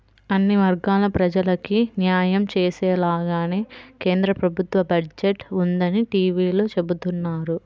అన్ని వర్గాల ప్రజలకీ న్యాయం చేసేలాగానే కేంద్ర ప్రభుత్వ బడ్జెట్ ఉందని టీవీలో చెబుతున్నారు